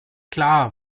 klar